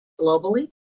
globally